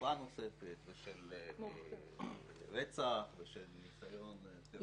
חטיפה נוספת ושל רצח, ושל ניסיון טרור.